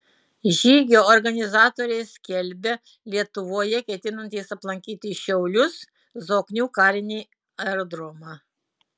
žygio organizatoriai skelbia lietuvoje ketinantys aplankyti šiaulius zoknių karinį aerodromą